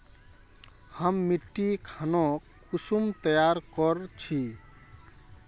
हम मिट्टी खानोक कुंसम तैयार कर छी?